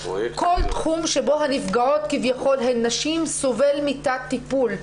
כל תחום שבו הנפגעות כביכול הן נשים סובל מתת טיפול.